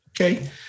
Okay